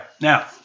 Now